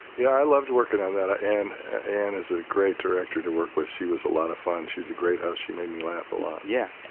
yeah, i loved working on that. anne and and is a great director to work with. she was a lot of fun. she's a great how she made me laugh a lot yeah.